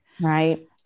Right